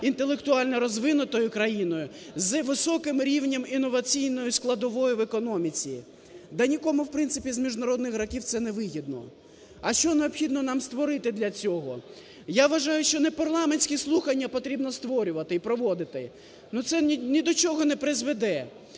інтелектуально розвиненою країною з високим рівнем інноваційної складової в економіці? Да нікому в принципі з міжнародних гравців це не вигідно. А що необхідно нам створити для цього? Я вважаю, що не парламентські слухання потрібно створювати і проводити, ну це ні до чого не призведе.